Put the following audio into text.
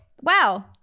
Wow